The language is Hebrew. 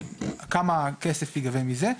של כמה כסף ייגבה מזה.